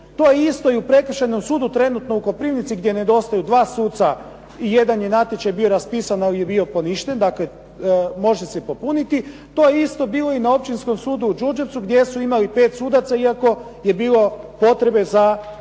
to je isto i u prekršajnom sudu trenutno u Koprivnici gdje nedostaju dva suca i jedan je natječaj bio raspisan ali je bio poništen, dakle, može se popuniti. To je isto bilo i na općinskom sudu u Đurđevcu gdje su imali pet sudaca iako je bilo potrebe za